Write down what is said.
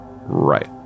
right